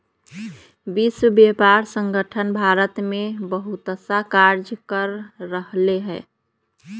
विश्व व्यापार संगठन भारत में बहुतसा कार्य कर रहले है